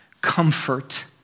comfort